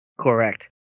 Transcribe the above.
Correct